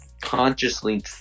consciously